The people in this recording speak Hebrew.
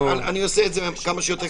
אני עושה את זה כמה שיותר קצר.